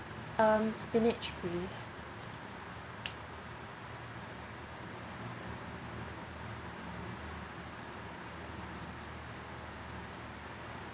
um spinach please